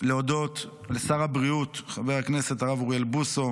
להודות לשר הבריאות חבר הכנסת אוריאל בוסו